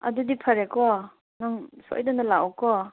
ꯑꯗꯨꯗꯤ ꯐꯔꯦꯀꯣ ꯅꯪ ꯁꯣꯏꯗꯅ ꯂꯥꯛꯑꯣꯀꯣ